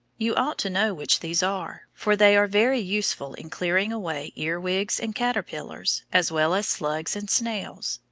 you ought to know which these are, for they are very useful in clearing away earwigs and caterpillars, as well as slugs and snails.